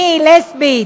מי לסבית,